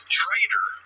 traitor